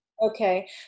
Okay